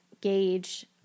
gauge